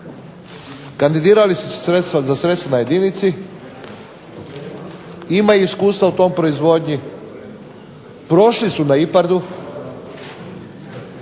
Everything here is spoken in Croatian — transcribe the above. Kandidirali su sredstva za sredstvima jedinici, imaju iskustva u toj proizvodnji, prošli su na IPARD-u